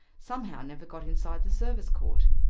somehow never got inside the service court.